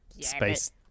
space